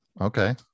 Okay